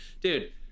Dude